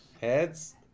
heads